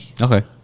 Okay